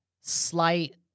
slight